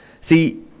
see